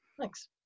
Thanks